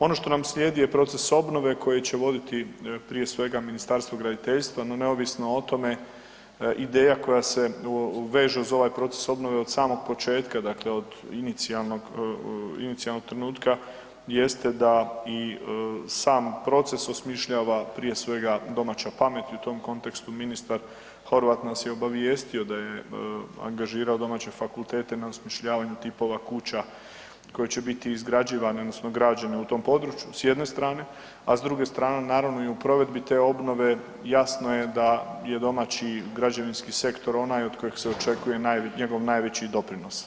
Ono što nam slijedi je proces obnove koji će voditi prije svega Ministarstvo graditeljstva no neovisno o tome ideja koja se veže uz ovaj proces obnove od samoga početka dakle od inicijalnog, inicijalnog trenutka jeste da i sam proces osmišljava prije svega domaća pamet i u tom kontekstu ministar Horvat nas je obavijestio da je angažirao domaće fakultete na osmišljavanju tipova kuća koje će biti izgrađivane odnosno građene u tom području s jedne strane, a s druge strane naravno i u provedbi te obnove jasno je da je domaći građevinski sektor onaj od kojeg se očekuje njegov najveći doprinos.